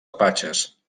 apatxes